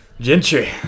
gentry